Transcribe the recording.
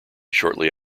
shortly